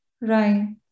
right